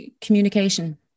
communication